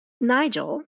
Nigel